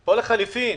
או לחליפין,